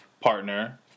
partner